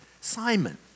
Simon